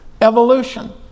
evolution